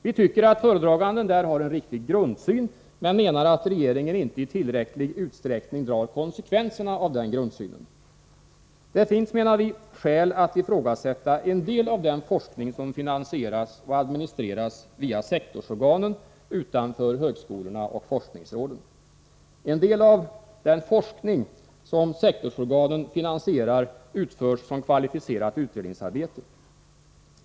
Vi tycker att föredraganden har en riktig grundsyn, men menar att regeringen inte i tillräcklig utsträckning drar konsekvenserna av denna grundsyn. Det finns, menar vi, skäl att ifrågasätta en del av den forskning som finansieras och administreras via sektorsorganen utanför högskolorna och forskningsråden. En del av den ”forskning” som sektorsorganen finansierar utförs som kvalificerat utredningsarbete.